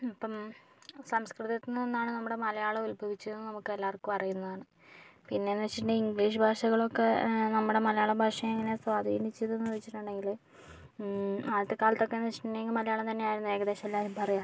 അപ്പം സംസ്കൃതത്തിൽ നിന്നാണ് നമ്മടെ മലയാളം ഉത്ഭവിച്ചതെന്ന് നമുക്കെല്ലാവർക്കും അറിയുന്നതാണ് പിന്നേന്നു വെച്ചിട്ടുണ്ടെങ്കിൽ ഇംഗ്ലീഷ് ഭാഷകളൊക്കെ നമ്മുടെ മലയാള ഭാഷയെ എങ്ങനെയാണ് സ്വാധീനിച്ചത് എന്ന് ചോദിച്ചിട്ടുണ്ടെങ്കില് ആദ്യത്തെ കാലത്തൊക്കെന്നു വെച്ചിട്ടുണ്ടെങ്കില് മലയാളം തന്നെയായിരുന്നു ഏകദേശം എല്ലാവരും പറയാറ്